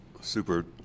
super